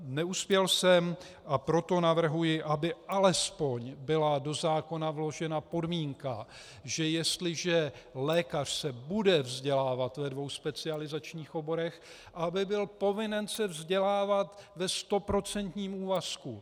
Neuspěl jsem, a proto navrhuji, aby alespoň byla do zákona vložena podmínka, že jestliže lékař se bude vzdělávat ve dvou specializačních oborech, aby byl povinen se vzdělávat ve stoprocentním úvazku.